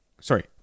Sorry